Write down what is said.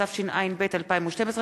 התשע"ב 2012,